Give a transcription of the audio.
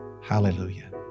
Hallelujah